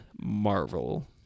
Marvel